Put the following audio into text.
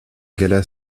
gala